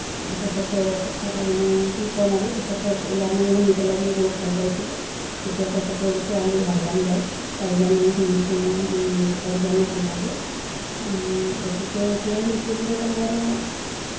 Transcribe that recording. তেখেতৰ কথা তাৰমানে কি ক'ম আৰু তেখেতৰ গানো শুনি পেলাই মই বহুত ভাল পাইছিলোঁ এতিয়া তেখেতৰ ছোৱালী ভাল গান গায় তাইৰ গানো শুনিছোঁ মই শুনি তাইৰ গানো ভাল লাগে গতিকে প্ৰিয় শিল্পী বুলি ক'লে আৰু